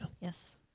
yes